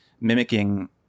mimicking